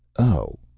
oh,